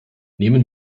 nehmen